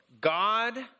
God